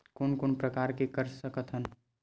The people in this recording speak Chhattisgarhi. कोन कोन प्रकार के कर सकथ हन?